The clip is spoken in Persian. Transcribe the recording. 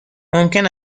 ممکن